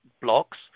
blocks